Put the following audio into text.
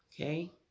okay